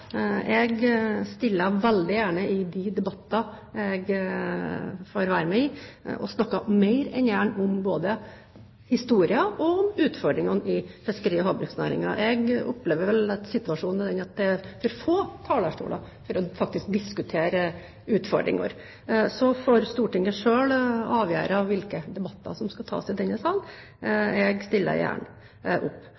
Jeg stiller veldig gjerne opp i de debattene jeg får være med i og snakker mer enn gjerne om både historien og om utfordringene i fiskeri- og havbruksnæringen. Jeg opplever at situasjonen er den at det er for få talerstoler for å diskutere utfordringer. Stortinget får selv avgjøre hvilke debatter som skal tas i denne sal.